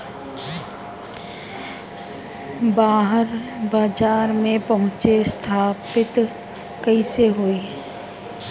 बाहर बाजार में पहुंच स्थापित कैसे होई?